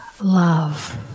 love